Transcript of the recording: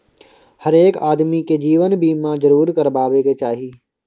हरेक आदमीकेँ जीवन बीमा जरूर करेबाक चाही